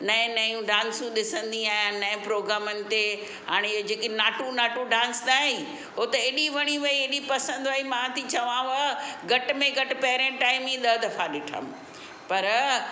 नयूं नयूं डांसू ॾिसंदी आहियां नए प्रोग्रामनि ते हाणे इयो जेके नाटू नाटू डांस न आहे हो त एॾी वणी वई एॾी पसंदि आई मां थी चवांव घटि में घटि पहिरें टाइम ई ॾह दफ़ा ॾिठमि पर